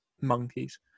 monkeys